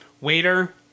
Waiter